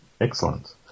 Excellent